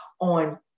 on